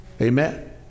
Amen